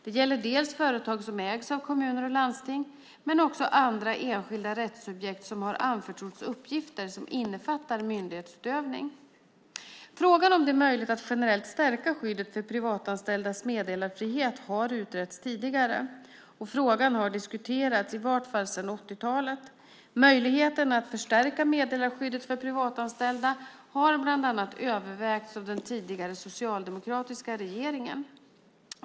Det gäller företag som ägs av kommuner och landsting men också andra enskilda rättssubjekt som har anförtrotts uppgifter som innefattar myndighetsutövning. Frågan om det är möjligt att generellt stärka skyddet för privatanställdas meddelarfrihet har utretts tidigare, och frågan har diskuterats i varje fall sedan 80-talet. Möjligheterna att förstärka meddelarskyddet för privatanställda har bland annat övervägts av den tidigare socialdemokratiska regeringen.